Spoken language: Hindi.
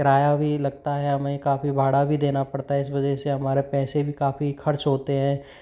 किराया भी लगता है हमें काफ़ी भाड़ा भी देना पड़ता है जिस वजह से हमारे पैसे भी काफ़ी खर्च होते हैं